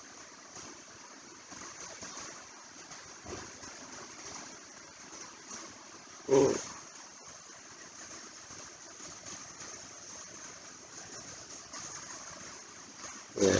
mm mm